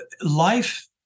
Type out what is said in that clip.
life